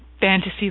fantasy